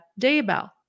Daybell